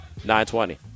920